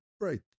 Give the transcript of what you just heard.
right